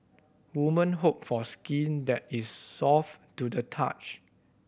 women hope for skin that is soft to the touch